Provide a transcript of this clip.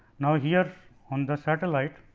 now here on the satellite